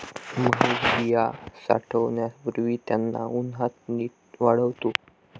महेश बिया साठवण्यापूर्वी त्यांना उन्हात नीट वाळवतो